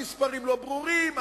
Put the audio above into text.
המספרים לא ברורים,